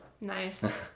nice